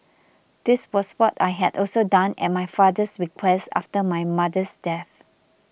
this was what I had also done at my father's request after my mother's death